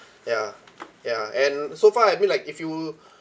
ya ya and so far I mean like if you